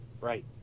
Right